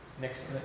Next